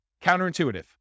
Counterintuitive